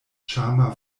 ĉarma